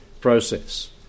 process